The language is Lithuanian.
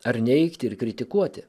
ar neigti ir kritikuoti